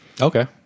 Okay